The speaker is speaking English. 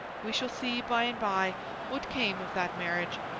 we shall see by-and-by what came of that marriage,